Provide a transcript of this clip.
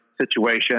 situation